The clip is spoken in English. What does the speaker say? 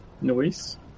Noise